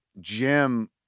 Jim